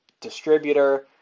distributor